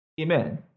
Amen